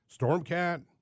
Stormcat